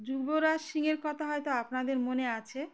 যুবরাজ সিংয়ের কথা হয়তো আপনাদের মনে আছে